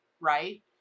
right